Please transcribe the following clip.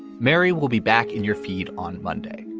mary will be back in your feed on monday.